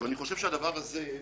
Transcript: אני חושב שהדבר הזה,